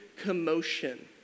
commotion